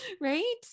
Right